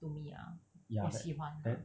to me ah 我喜欢啊